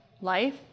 life